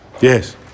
Yes